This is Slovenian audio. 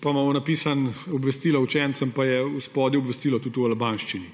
pa imamo napisano obvestilo učencem, pa je spodaj obvestilo tudi v albanščini.